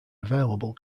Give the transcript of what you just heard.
available